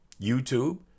YouTube